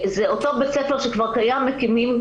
זה אותו בית ספר שכבר קיים ממול,